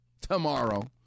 tomorrow